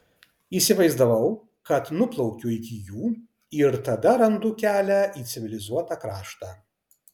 įsivaizdavau kad nuplaukiu iki jų ir tada randu kelią į civilizuotą kraštą